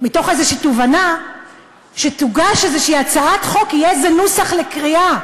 מתוך איזו תובנה שתוגש איזו הצעת חוק ויהיה איזה נוסח לקריאה,